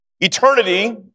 Eternity